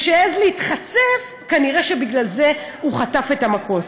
והעז להתחצף, כנראה בגלל זה הוא חטף את המכות.